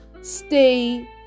stay